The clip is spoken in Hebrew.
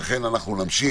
לכן אנחנו נמשיך,